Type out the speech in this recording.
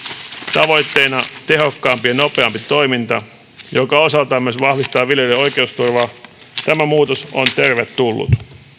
tavoitteena on tehokkaampi ja nopeampi toiminta joka osaltaan myös vahvistaa viljelijöiden oikeusturvaa tämä muutos on tervetullut